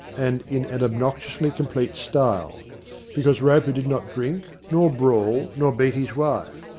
and in an obnoxiously complete style because roper did not drink, nor brawl, nor beat his wife,